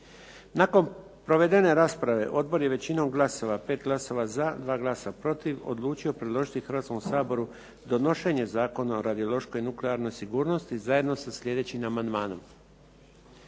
Nakon provedene rasprave odbor je većinom glasova pet glasova za, 2 glasa protiv odlučio predložiti Hrvatskom saboru donošenje zakona o radiološkoj, nuklearnoj sigurnosti zajedno sa sljedećim amandmanom.